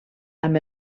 amb